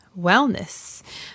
wellness